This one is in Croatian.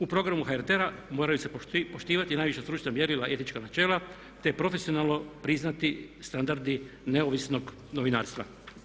U programu HRT-a moraju se poštivati najviša stručna mjerila etička načela te profesionalno priznati standardi neovisnog novinarstva.